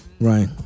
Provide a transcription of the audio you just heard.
right